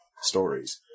stories